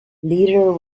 lieder